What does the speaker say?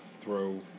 throw